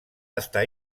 estar